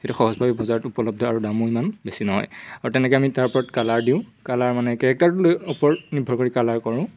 সেইটো সহজভাৱে বজাৰত উপলব্ধ আৰু দামো ইমান বেছি নহয় আৰু তেনেকে আমি তাৰ ওপৰত কালাৰ দিওঁ কালাৰ মানে কেৰেক্টাৰটো ওপৰত নিৰ্ভৰ কৰি কালাৰ কৰোঁ